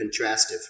contrastive